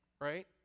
right